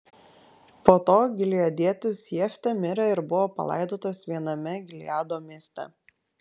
po to gileadietis jeftė mirė ir buvo palaidotas viename gileado mieste